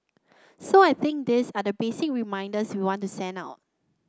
so I think these are the basic reminders we want to send out